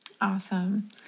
Awesome